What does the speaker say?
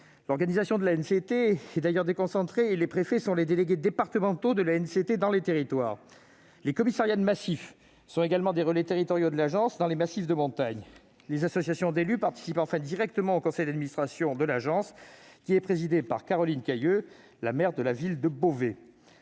L'organisation de l'ANCT est d'ailleurs déconcentrée, et les préfets sont les délégués départementaux de l'ANCT dans les territoires. Les commissariats de massifs sont également des relais territoriaux de l'agence dans les massifs de montagnes. Les associations d'élus participent directement au conseil d'administration de l'agence, qui est présidé par Caroline Cayeux, la maire de la ville de Beauvais.